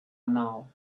now